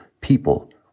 people